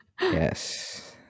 Yes